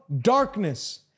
darkness